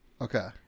Okay